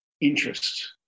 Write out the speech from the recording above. interest